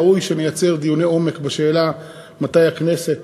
ראוי שנייצר דיוני עומק בשאלה מתי הכנסת